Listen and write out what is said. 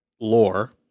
lore